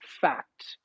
Fact